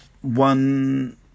one